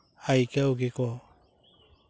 ᱟᱹᱭᱠᱟᱹᱣ ᱜᱮᱠᱚ